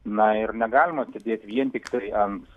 na ir negalima sėdėt vien tiktai ant